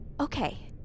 Okay